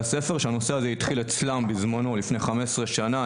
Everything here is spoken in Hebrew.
הספר שהנושא הזה התחיל אצלם בזמנו לפני 15 שנה,